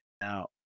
Now